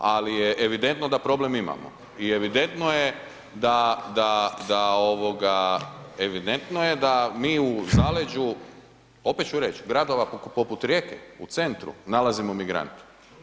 Ali je evidentno da problem imamo i evidentno je da evidentno je da mi u zaleđu, opet ću reći, gradova poput Rijeke, u centru nalazimo migrante.